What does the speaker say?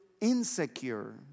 insecure